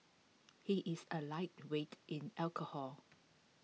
he is A lightweight in alcohol